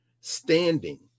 Standing